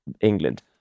England